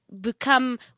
become